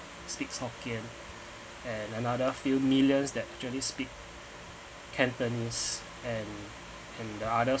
speaks hokkien and another few millions that chinese speak cantonese and and the other